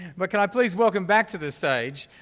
but can i please welcome back to the stage,